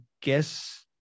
guess